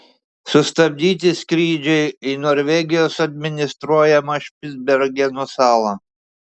sustabdyti skrydžiai į norvegijos administruojamą špicbergeno salą